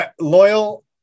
Loyal